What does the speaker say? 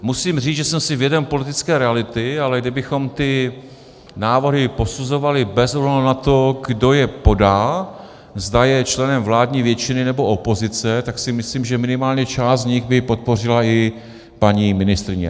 Musím říct, že jsem si vědom politické reality, ale kdybychom ty návrhy posuzovali bez ohledu na to, kdo je podá, zda je členem vládní většiny, nebo opozice, tak si myslím, že minimálně část z nich by podpořila i paní ministryně.